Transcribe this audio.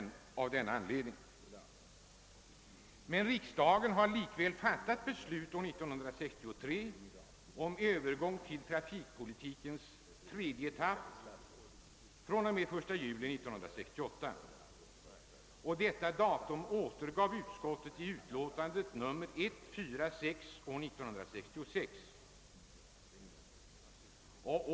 Men riksdagen har likväl fattat beslut år 1963 om övergång till trafikpolitikens tredje etapp fr.o.m. den 1 juli 1968, och detta uttalande återgav utskottet i utlåtandet nr 146 år 1966.